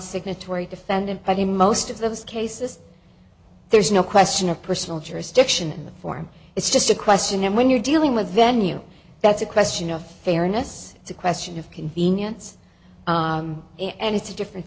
signatory defendant by the most of those cases there's no question of personal jurisdiction in the form it's just a question and when you're dealing with venue that's a question of fairness it's a question of convenience and it's a different